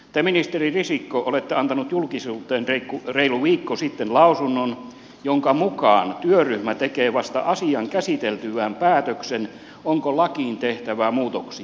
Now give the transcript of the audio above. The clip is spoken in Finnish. te ministeri risikko olette antanut julkisuuteen reilu viikko sitten lausunnon jonka mukaan työryhmä tekee vasta asian käsiteltyään päätöksen onko lakiin tehtävä muutoksia vai ei